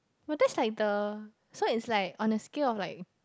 but this is like the so it's like on the scale of like